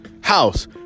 House